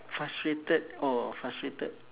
frustrated orh frustrated